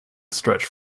stretched